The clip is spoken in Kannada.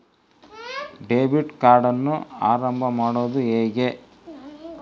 ಡೆಬಿಟ್ ಕಾರ್ಡನ್ನು ಆರಂಭ ಮಾಡೋದು ಹೇಗೆ?